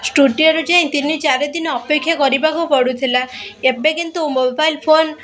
ଷ୍ଟୁଡ଼ିଓରେ ଯାଇ ତିନି ଚାରିଦିନ ଅପେକ୍ଷା କରିବାକୁ ପଡ଼ୁଥିଲା ଏବେ କିନ୍ତୁ ମୋବାଇଲ୍ ଫୋନ୍